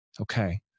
Okay